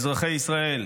אזרחי ישראל,